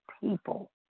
people